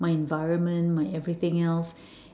my environment my everything else